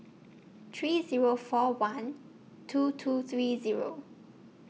three Zero four one two two three zeo